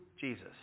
Jesus